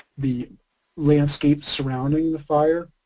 the landscape surrounding the fire.